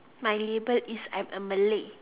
my label is I'm a Malay